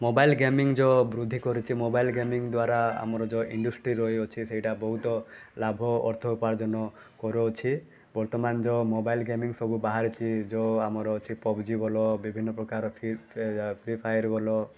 mobile gaming ଯେଉଁ ବୃଦ୍ଧି କରୁଛି ମୋବାଇଲ୍ ଗେମିଙ୍ଗ୍ ଦ୍ୱାରା ଆମର ଯେଉଁ ଇଣ୍ଡଷ୍ଟ୍ରି ରହିଅଛି ସେଇଟା ବହୁତ ଲାଭ ଅର୍ଥ ଉପାର୍ଜନ କରୁଅଛି ବର୍ତ୍ତମାନ ଯେଉଁ ମୋବାଇଲ୍ ଗେମିଙ୍ଗ୍ ସବୁ ବାହାରିଛି ଯେଉଁ ଆମର ଅଛି ପବ୍ଜି ବୋଲ ବିଭିନ୍ନପ୍ରକାର ଫ୍ରି ଫେୟାର୍ ଫ୍ରି ଫାୟାର୍ ବୋଲ